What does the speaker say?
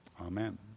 Amen